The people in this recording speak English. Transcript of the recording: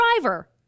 driver